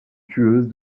tueuse